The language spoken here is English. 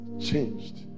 changed